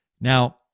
Now